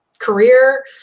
career